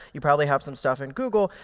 you probably have some stuff in google.